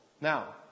Now